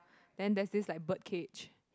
then there's this like bird cage